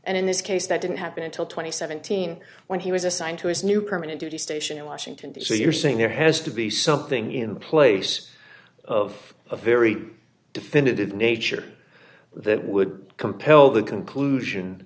and in this case that didn't happen until twenty seventeen when he was assigned to his new permanent duty station in washington d c so you're saying there has to be something in place of a very definitive nature that would compel the conclusion